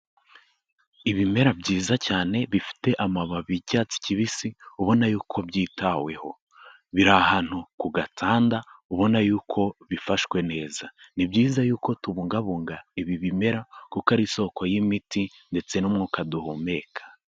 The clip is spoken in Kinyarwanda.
Ibimera byiza cyane bifite amababi y'icyatsi kibisi, ubona y'uko byitaweho, biri ahantu ku gatanda, ubona y'uko bifashwe neza. Ni byiza y'uko tubungabunga ibi bimera kuko ari isoko y'imiti ndetse n'umwuka duhumeka.